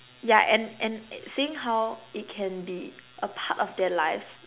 yeah and and seeing how it can be a part of their lives